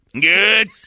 Good